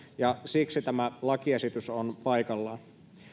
ja siksi tämä lakiesitys on paikallaan